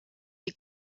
die